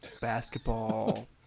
basketball